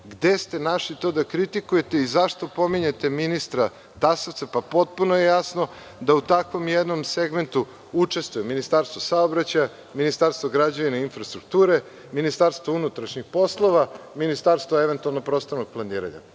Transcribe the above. gde ste našli to da kritikujete i zašto pominjete ministra Tasovca. Pa potpuno je jasno da u takvom jednom segmentu učestvuje Ministarstvo saobraćaja, Ministarstvo građevine i infrastrukture, Ministarstvo unutrašnjih poslova, Ministarstvo prostornog planiranja.